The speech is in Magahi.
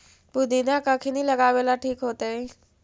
पुदिना कखिनी लगावेला ठिक होतइ?